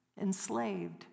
enslaved